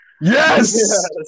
Yes